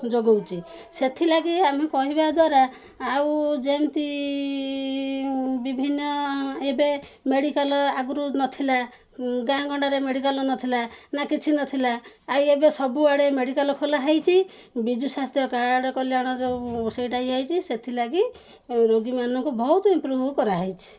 ଯୋଗଉଛି ସେଥିଲାଗି ଆମେ କହିବା ଦ୍ୱାରା ଆଉ ଯେମିତି ବିଭିନ୍ନ ଏବେ ମେଡ଼ିକାଲ୍ ଆଗରୁ ନଥିଲା ଗାଁ ଗଣ୍ଡାରେ ମେଡ଼ିକାଲ୍ ନଥିଲା ନା କିଛି ନଥିଲା ଆଉ ଏବେ ସବୁଆଡ଼େ ମେଡ଼ିକାଲ୍ ଖୋଲା ହେଇଛି ବିଜୁ ସ୍ୱାସ୍ଥ୍ୟ କାର୍ଡ଼ କଲ୍ୟାଣ ଯେଉଁ ସେଇଟା ଇଏ ହେଇଛି ସେଥିଲାଗି ରୋଗୀମାନଙ୍କୁ ବହୁତ ଇମ୍ପ୍ରୁଭ କରାହେଇଛି